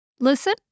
Listen